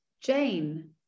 Jane